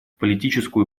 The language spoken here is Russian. политическую